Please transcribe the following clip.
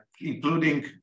including